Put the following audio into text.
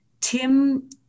Tim